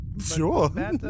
Sure